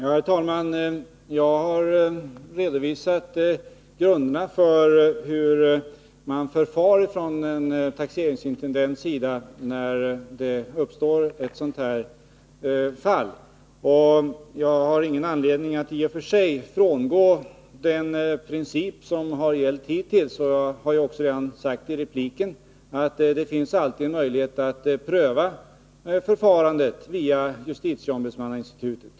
Herr talman! Jag har redovisat grunderna för hur man förfar från en taxeringsintendents sida när ett sådant här fall förekommer. Jag har ingen anledning att i och för sig frångå den princip som gällt hittills. Som jag sade redan i mitt förra inlägg finns det alltid möjlighet att pröva förfarandet via justitieombudsmannainstitutet.